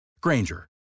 Granger